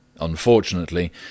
Unfortunately